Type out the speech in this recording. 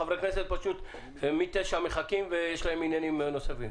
חברי כנסת פשוט מ-09:00 מחכים ויש להם עניינים נוספים.